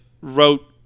wrote